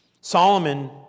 Solomon